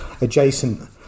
adjacent